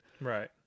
right